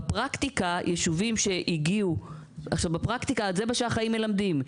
בפרקטיקה זה מה שהחיים מלמדים,